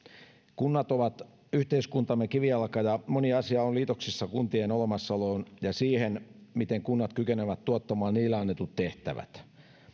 kunnat ovat yhteiskuntamme kivijalka ja moni asia on liitoksissa kuntien olemassaoloon ja siihen miten kunnat kykenevät tuottamaan niille annetut tehtävät